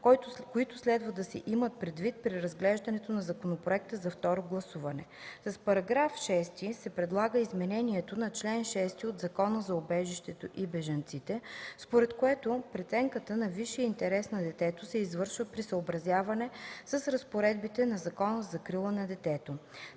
които следва да се имат предвид при разглеждането на законопроекта за второ гласуване: - С § 6 се предлага изменение на чл. 6 от Закона за убежището и бежанците, според което преценката на висшия интерес на детето се извършва при съобразяване с разпоредбите на Закона за закрила на детето.